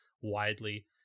widely